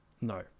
no